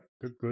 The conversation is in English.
good